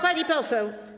Pani poseł.